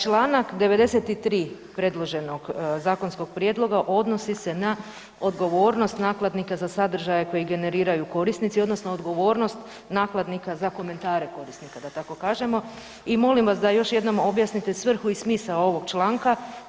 Čl. 93. predloženog zakonskog prijedloga odnosi se na odgovornost nakladnika za sadržaje koje generiraju korisnici odnosno odgovornost nakladnika za komentare korisnika da tako kažemo i molim vas da još jednom objasnite svrhu i smisao ovog članka.